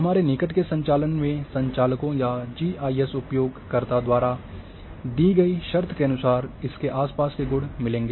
हमारे निकट के संचालन में संचालकों या जी आई एस उपयोगकर्ताओं द्वारा दी गई शर्त के अनुसार इसके आसपास के गुण मिलेंगे